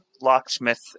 locksmith